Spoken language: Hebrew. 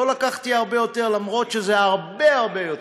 לא לקחתי הרבה יותר, למרות שזה הרבה הרבה יותר.